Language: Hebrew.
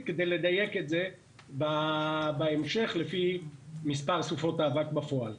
כדי לדייק את זה בהמשך לפי מספר סופות האבק בפועל.